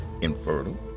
infertile